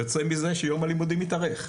יוצא מזה שיום הלימודים מתארך.